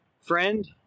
Friend